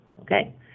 Okay